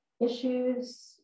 issues